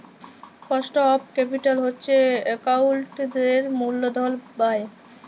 cost of capital হছে একাউল্টিংয়ের মূলধল ব্যায়